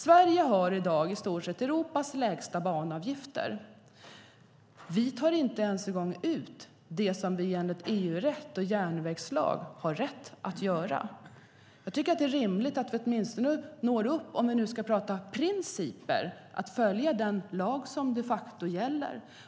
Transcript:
Sverige har i dag i stort sett Europas lägsta banavgifter. Vi tar inte ens en gång ut det som vi enligt EU-rätt och järnvägslag har rätt att ta ut. Om vi nu ska prata om principer tycker jag att det är rimligt att vi åtminstone följer den lag som de facto gäller.